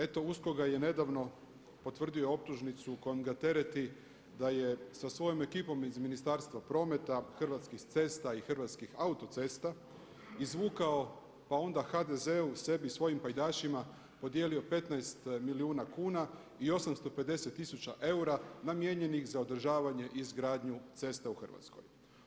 Eto USKOK ga je nedavno potvrdi optužnicu kojom ga tereti da je sa svojom ekipom iz Ministarstva prometa, Hrvatskih cesta i Hrvatskih autocesta izvukao, pa onda HDZ-u, sebi i svojim pajdašima podijelio 15 milijuna kuna i 850 tisuća eura namijenjenih za održavanje i izgradnju cesta u Hrvatskoj.